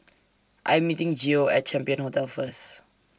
I Am meeting Geo At Champion Hotel First